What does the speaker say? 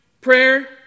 prayer